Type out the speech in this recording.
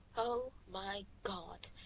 oh! my god!